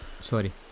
Sorry